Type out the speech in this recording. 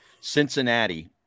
Cincinnati